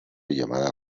llamada